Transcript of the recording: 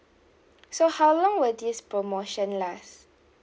so how long will this promotion last